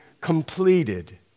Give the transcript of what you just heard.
completed